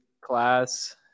class